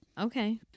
Okay